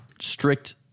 strict